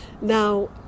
Now